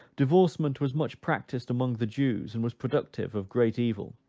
divorcement was much practised among the jews, and was productive of great evil.